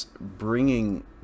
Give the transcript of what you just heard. bringing